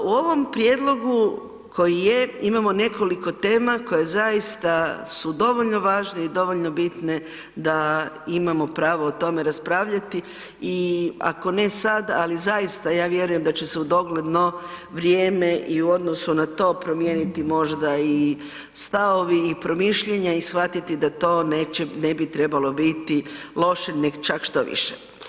U ovom prijedlogu koji je imamo nekoliko tema koje zaista su dovoljno važne i dovoljno bitne da imamo pravo o tome raspravljati i ako ne sada, ali zaista ja vjerujem da će se u dogledno vrijeme i u odnosu na to promijeniti možda i stavovi i promišljanja i shvatiti da to neće, ne bi trebalo biti loše nego čak štoviše.